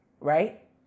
right